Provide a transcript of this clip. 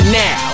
now